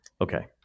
Okay